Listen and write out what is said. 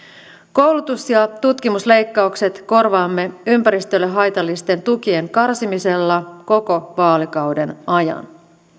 koulutus ja tutkimusleikkaukset korvaamme ympäristölle haitallisten tukien karsimisella koko vaalikauden ajan